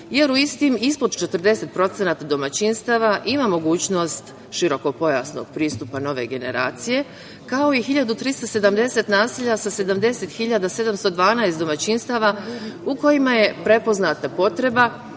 jer u istim ispod 40% domaćinstava ima mogućnost širokopojasnog pristupa nove generacije, kao i 1.370 naselja sa 70.712 domaćinstava u kojima je prepoznata potreba